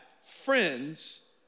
friends